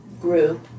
group